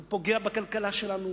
אנחנו רוצים לראות את כל צאצאינו גדלים,